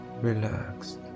relaxed